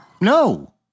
No